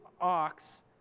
ox